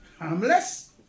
harmless